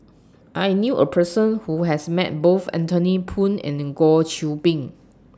I knew A Person Who has Met Both Anthony Poon and Goh Qiu Bin